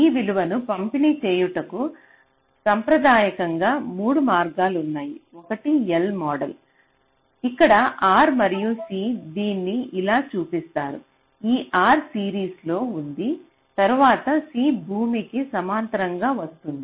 ఈ విలువను పంపిణీ చేయుటకు సాంప్రదాయకంగా 3 మార్గాలు ఉన్నాయి ఒకటి L మోడల్ ఇక్కడ R మరియు C దీన్ని ఇలా చూపిస్తారు ఈ R సిరీస్లో ఉంది తరువాత C భూమికి సమాంతరంగా వస్తుంది